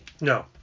No